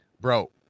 bro